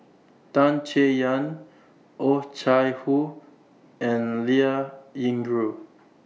Tan Chay Yan Oh Chai Hoo and Liao Yingru